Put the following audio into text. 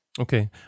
Okay